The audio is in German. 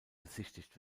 besichtigt